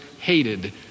hated